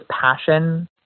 passion